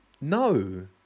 no